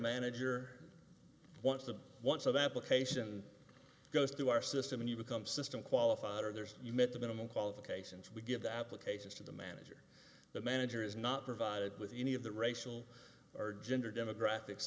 manager wants the one so that location goes through our system and you become system qualified or there's you met the minimum qualifications we give the applications to the manager the manager is not provided with any of the racial or gender demographics